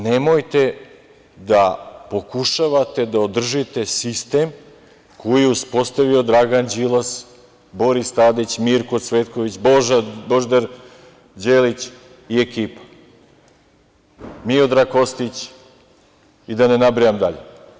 Nemojte da pokušavate da održite sistem koji je uspostavio Dragan Đilas, Boris Tadić, Mirko Cvetković, Božidar Đelić i ekipa, Miodrag Kostić i da ne nabrajam dalje.